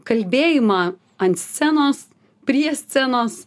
kalbėjimą ant scenos prie scenos